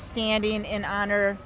standing in honor